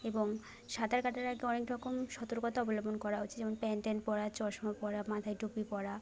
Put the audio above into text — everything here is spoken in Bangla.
এবং সাঁতার কাটার আগে অনেক রকম সতর্কতা অবলম্বন করা উচিত যেমন প্যান্ট ট্যান পরা চশমা পরা মাথায় টুপি পরা